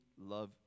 love